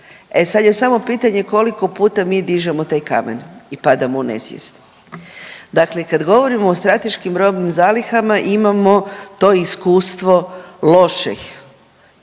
E sad je samo pitanje koliko puta mi dižemo taj kamen i padamo u nesvijest. Dakle kad govorimo o strateškim robnim zalihama imamo to iskustvo loših,